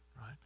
right